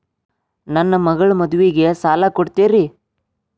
ನನ್ನ ಮಗಳ ಮದುವಿಗೆ ಸಾಲ ಕೊಡ್ತೇರಿ?